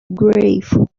grateful